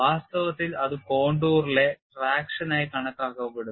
വാസ്തവത്തിൽ അത് കോണ്ടൂറിലെ ട്രാക്ഷനായി കണക്കാക്കപ്പെടുന്നു